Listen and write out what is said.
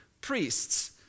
priests